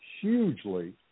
hugely